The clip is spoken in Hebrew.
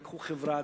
תיקחו חברה,